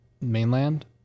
mainland